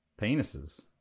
penises